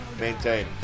maintain